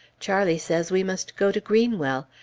charlie says we must go to greenwell.